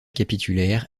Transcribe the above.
capitulaire